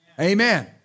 Amen